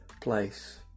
place